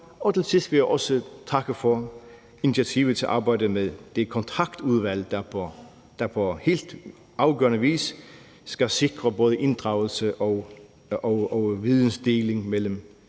Til sidst vil jeg også takke for initiativet til arbejdet med det kontaktudvalg, der på helt afgørende vis skal sikre både inddragelse og vidensdeling mellem